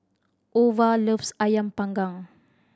Ova loves Ayam Panggang